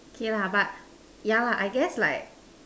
K lah but yeah lah I guess like